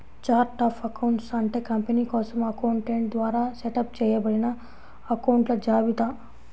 chart of accounts అంటే company కోసం accountant ద్వారా సెటప్ చేయబడిన అకొంట్ల జాబితా